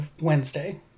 Wednesday